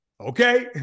okay